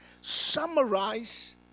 summarize